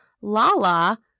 Lala